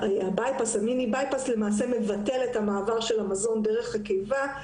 המיני מעקף למעשה מבטל את המעבר של המזון דרך הקיבה.